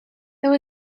there